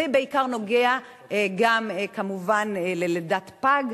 זה בעיקר נוגע כמובן ללידת פג.